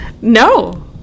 No